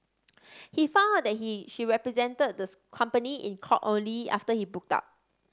he found out that he she represented this company in court only after he booked out